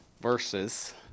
verses